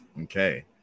okay